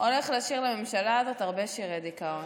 הולך לשיר לממשלה הזאת הרבה שירי דיכאון.